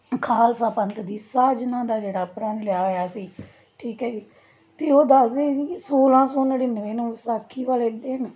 ਖਾਲਸਾ ਪੰਥ ਦੀ ਸਾਜਨਾ ਦਾ ਜਿਹੜਾ ਪ੍ਰਣ ਲਿਆ ਹੋਇਆ ਸੀ ਠੀਕ ਹੈ ਜੀ ਅਤੇ ਉਹ ਦੱਸਦੇ ਸੀ ਕਿ ਸੋਲ੍ਹਾਂ ਸੌ ਨੜਿਨਵੇਂ ਨੂੰ ਵਿਸਾਖੀ ਵਾਲੇ ਦਿਨ